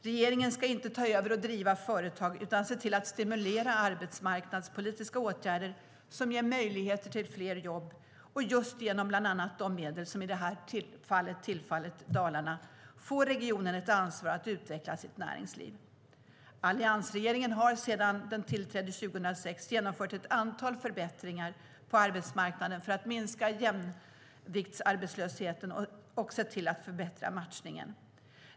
Regeringen ska inte ta över och driva företag utan se till att stimulera arbetsmarknadspolitiska åtgärder som ger möjligheter till fler jobb. Genom bland annat de medel som i det här fallet tillfallit Dalarna får regionen ett ansvar att utveckla sitt näringsliv. Alliansregeringen har sedan den tillträdde 2006 genomfört ett antal förbättringar på arbetsmarknaden för att minska jämviktsarbetslösheten och sett till att förbättra matchningen.